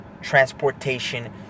transportation